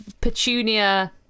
Petunia